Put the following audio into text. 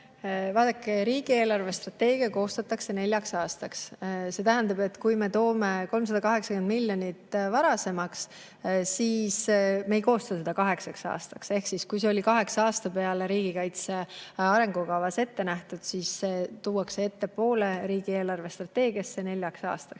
Vaadake, riigi eelarvestrateegia koostatakse neljaks aastaks. See tähendab, et kui me toome 380 miljonit varasemaks, siis me ei koosta seda kaheksaks aastaks. Ehk kui see oli kaheksa aasta peale riigikaitse arengukavas ette nähtud, siis see tuuakse ettepoole riigi eelarvestrateegiasse neljaks aastaks.